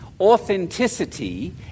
authenticity